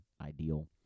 ideal